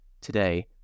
today